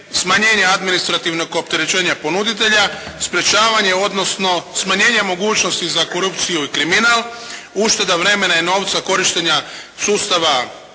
smanjenje administrativnog opterećenja ponuditelja, sprječavanje odnosno smanjenje mogućnosti za korupciju i kriminal, ušteda vremena i novca korištenja sustava